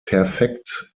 perfekt